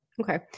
Okay